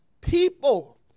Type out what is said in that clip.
people